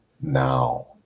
now